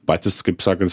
patys kaip sakant